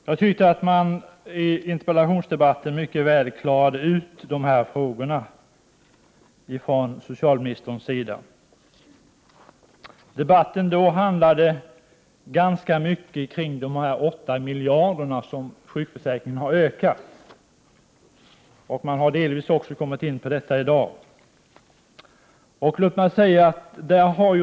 Jag tycker att socialministern i interpellationsdebatten mycket väl klarade ut de här frågorna. Debatten då handlade ganska mycket om de 8 miljarder som sjukförsäkringen har ökat. Man har delvis också kommit in på detta i dag.